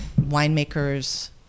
winemakers